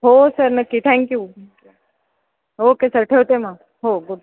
हो सर नक्की thank you okay sir ठेवते मग हो गुड